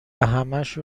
همشو